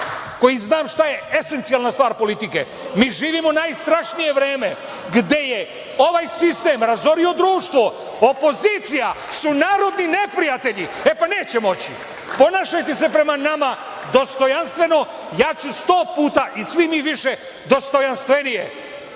koji zna šta je esencijalna stvar politike. Mi živimo najstrašnije vreme gde je ovaj sistem razorio društvo, opozicija su narodni neprijatelji, e pa neće moći. Ponašajte se prema nama dostojanstveno, ja ću 100 puta i svi mi više dostojanstvenije. Da